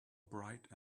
bright